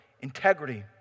integrity